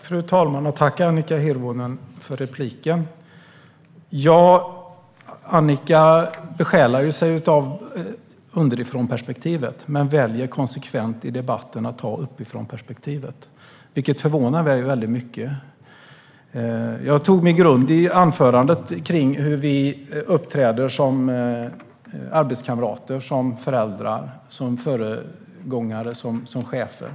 Fru talman! Jag vill tacka Annika Hirvonen Falk för frågan. Annika besjälas av underifrånperspektivet men väljer konsekvent uppifrånperspektivet i debatten. Det förvånar mig mycket. Min grund i anförandet var hur vi uppträder som arbetskamrater, som föräldrar, som föregångare och som chefer.